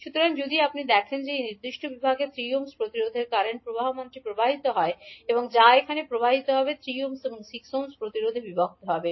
সুতরাং যদি আপনি দেখেন যে এই নির্দিষ্ট বিভাগে 3 ওহম প্রতিরোধের কারেন্ট প্রবাহমানটি প্রবাহিত হবে যা এখানে প্রবাহিত হবে 3 ওহম এবং 6 ওহম প্রতিরোধে বিভক্ত হবে